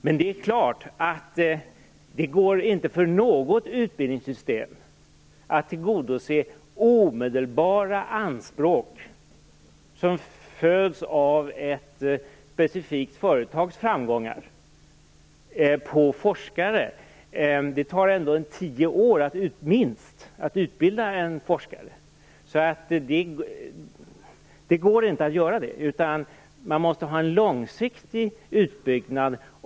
Det går naturligtvis inte för något utbildningssystem att tillgodose de omedelbara anspråk på forskare som föds av ett specifikt företags framgångar. Det tar minst tio år att utbilda en forskare. Man måste ha en långsiktig utbyggnad.